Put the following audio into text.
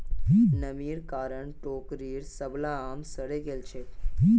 नमीर कारण टोकरीर सबला आम सड़े गेल छेक